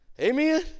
Amen